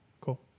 Cool